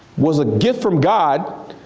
was a gift from god.